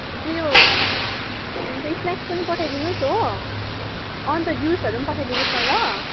उयो हुन्छ स्नेक्स पनि पठाइदिनुहोस् हो अन्त जुसहरू पनि पठाइदिनुहोस् न ल